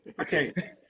Okay